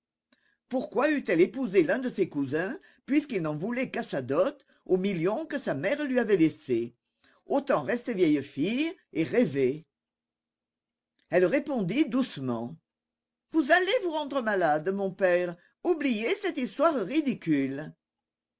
pourquoi eût-elle épousé l'un de ses cousins puisqu'ils n'en voulaient qu'à sa dot aux millions que sa mère lui avait laissés autant rester vieille fille et rêver elle répondit doucement vous allez vous rendre malade mon père oubliez cette histoire ridicule